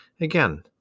Again